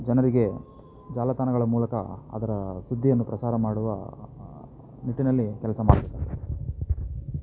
ಜನರಿಗೆ ಜಾಲತಾಣಗಳ ಮೂಲಕ ಅದರ ಸುದ್ದಿಯನ್ನು ಪ್ರಸಾರ ಮಾಡುವ ನಿಟ್ಟಿನಲ್ಲಿ ಕೆಲಸ ಮಾಡಬೇಕಾಗ್ತದೆ